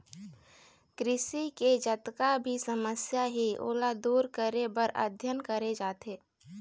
कृषि के जतका भी समस्या हे ओला दूर करे बर अध्ययन करे जाथे